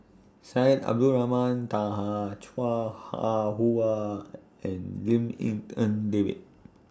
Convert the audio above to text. Syed Abdulrahman Taha Chua Ah Huwa and Lim in En David